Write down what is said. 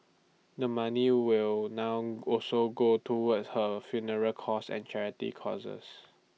the money will now also go towards her funeral costs and charity causes